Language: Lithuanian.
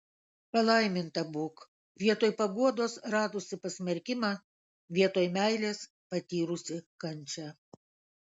palaiminta būk vietoj paguodos radusi pasmerkimą vietoj meilės patyrusi kančią